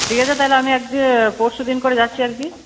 ঠিক আছে তাহলে আমি পরশু দিন করে যাচ্ছি আর কি